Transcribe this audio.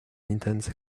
intense